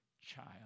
child